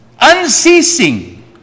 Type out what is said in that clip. Unceasing